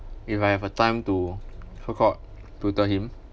if I have a time to so called tutor him